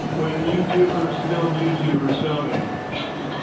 when youtubers film youtubers filming.